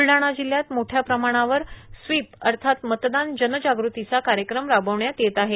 ब्लढाणा जिल्ह्यात मोठ्या प्रमाणावर स्वीप अर्थात मतदान जनजागृतीचा कार्यक्रम राबविण्यात येत आहे